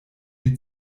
die